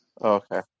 Okay